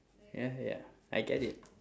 ya ya I get it